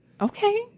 okay